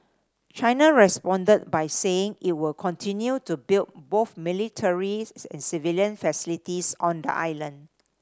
China responded by saying it would continue to build both militaries and civilian facilities on the island